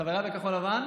חבריי בכחול לבן?